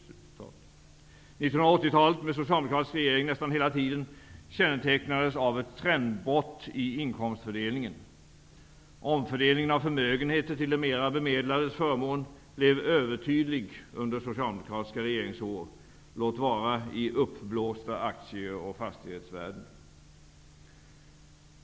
1980-talet med socialdemokratisk regering nästan hela tiden kännetecknades av ett trendbrott i inkomstfördelningen. Omfördelningen av förmögenheter till de mer bemedlades förmån blev övertydlig under socialdemokratiska regeringsår, låt vara i uppblåsta aktie och fastighetsvärden.